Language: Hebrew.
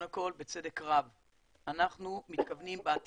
בכל מקרה, אני מציעה שקודם נקשיב לאנשי